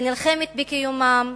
שנלחמת בקיומם,